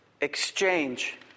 Exchange